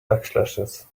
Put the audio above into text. backslashes